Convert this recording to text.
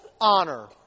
honor